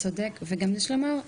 גם יש לומר,